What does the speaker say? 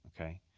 okay